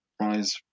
rise